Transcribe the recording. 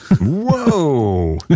Whoa